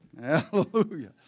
Hallelujah